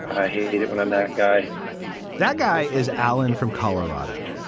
i hate it when i'm that guy that guy is allen from colorado.